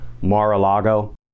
Mar-a-Lago